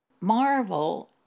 marvel